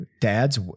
Dad's